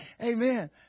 amen